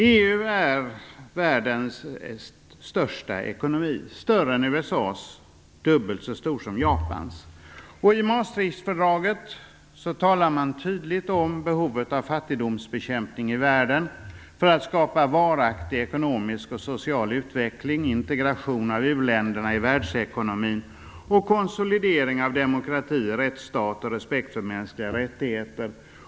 EU är världens största ekonomi, större än USA:s och dubbelt så stor som Japans. I Maastrichtfördraget talar man tydligt om behovet av fattigdomsbekämpning i världen för att skapa varaktig ekonomisk och social utveckling, integration av u-länderna i världsekonomin, konsolidering av demokrati och rättsstat samt respekt för mänskliga rättigheter.